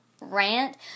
rant